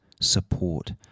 support